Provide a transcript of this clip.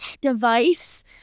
device